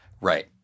Right